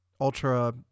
ultra